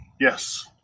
Yes